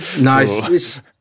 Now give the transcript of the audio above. Nice